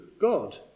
God